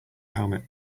helmet